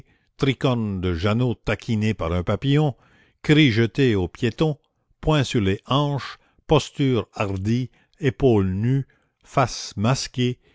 tricornes de janot taquinés par un papillon cris jetés aux piétons poings sur les hanches postures hardies épaules nues faces masquées